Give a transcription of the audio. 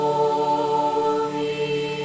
Holy